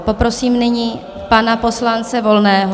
Poprosím nyní pana poslance Volného.